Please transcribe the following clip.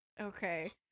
Okay